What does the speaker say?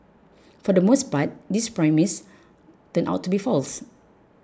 for the most part this premise turned out to be false